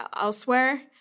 elsewhere